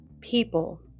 people